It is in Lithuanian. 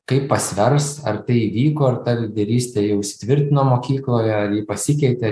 kaip pasvers ar tai įvyko ar ta lyderystė jau įsitvirtino mokykloje ar ji pasikeitė